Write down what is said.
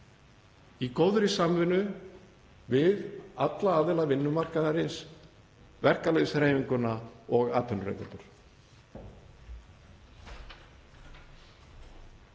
í góðri samvinnu við alla aðila vinnumarkaðarins; verkalýðshreyfinguna og atvinnurekendur.